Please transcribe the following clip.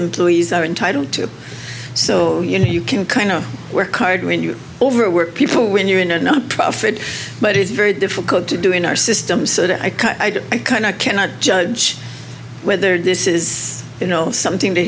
employees are entitled to so you know you can kind of wear card when you overwork people when you're in a nonprofit but it's very difficult to do in our system so that i can kind of cannot judge whether this is you know something that